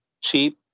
cheap